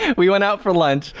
we went out for lunch,